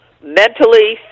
mentally